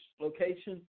location